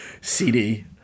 CD